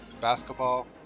basketball